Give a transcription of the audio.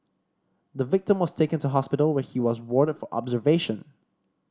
the victim was taken to hospital where he was warded for observation